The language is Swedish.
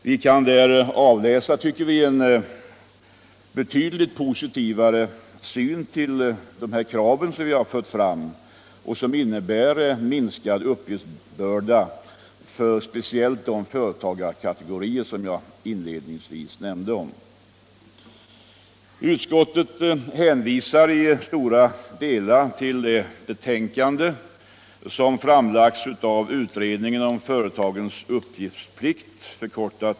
Man kan där avläsa, tycker vi, en betydligt positivare syn på de krav som vi har fört fram och som innebär en minskad uppgiftsbörda för speciellt de företagskategorier som jag inledningsvis nämnde. Utskottet hänvisar i stora delar till det betänkande som framlagts av utredningen om företagens uppgiftsplikt, UFU.